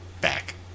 back